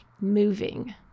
moving